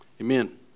Amen